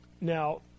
Now